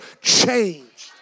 changed